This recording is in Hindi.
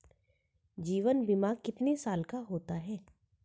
जीवन बीमा कितने साल का होता है?